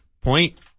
point